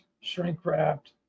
shrink-wrapped